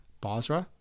Basra